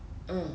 mm